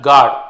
God